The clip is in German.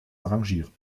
arrangieren